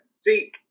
see